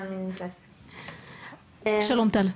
שלום טל.